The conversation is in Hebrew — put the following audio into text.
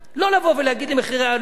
לא לבוא ולהגיד לי: מחירי עלות.